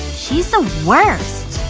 she's the worst.